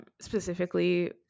specifically